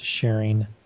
sharing